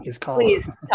please